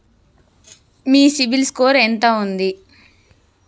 మీ CIBIL score ఎంత ఉంది?